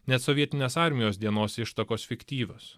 net sovietinės armijos dienos ištakos fiktyvios